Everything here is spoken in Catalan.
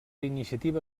iniciativa